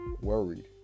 worried